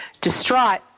Distraught